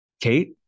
Kate